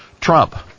Trump